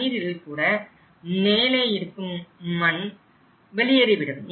தண்ணீரில் கூட மேலே இருக்கும் மண் வெளியேறிவிடும்